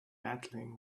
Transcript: battling